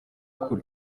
kure